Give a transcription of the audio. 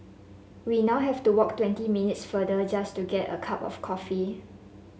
we now have to walk twenty minutes further just to get a cup of coffee